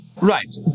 Right